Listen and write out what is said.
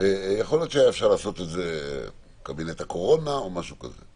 יכול להיות שאפשר היה לעשות את זה קבינט קורונה או משהו כזה.